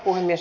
asia